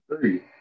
three